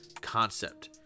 concept